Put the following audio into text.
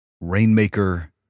Rainmaker